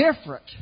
different